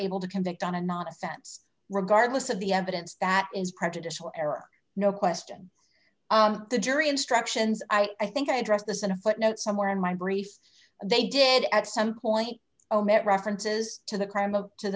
able to convict on a not a sense regardless of the evidence that is prejudicial error no question the jury instructions i i think i addressed this in a footnote somewhere in my briefs and they did at some point oh met references to the